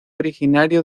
originario